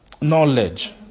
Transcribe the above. Knowledge